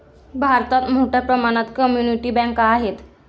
भारतात मोठ्या प्रमाणात कम्युनिटी बँका आहेत